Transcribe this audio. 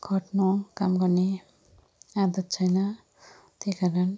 खट्नु काम गर्ने आदत छैन त्यही कारण